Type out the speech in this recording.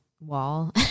wall